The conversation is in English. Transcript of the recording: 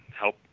help